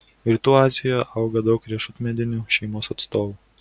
rytų azijoje auga daug riešutmedinių šeimos atstovų